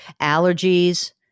allergies